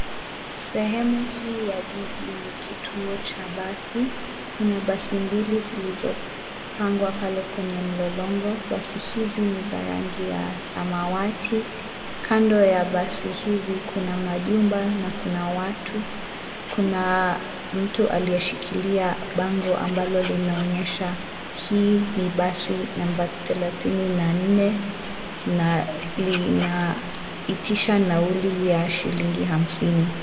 Sehemu hii ya jiji ni kituo cha basi, kuna basi mbili zilizopangwa pale kwenye mlolongo. Basi hizi ni za rangi ya samawati, kando ya basi hizi kuna majumba na kuna watu, kuna mtu aliyeshikilia bango ambalo linaonyesha hii basi namba thelathini na nne na linaitisha nauli ya shilingi hamsini.